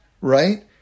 right